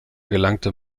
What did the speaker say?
gelangte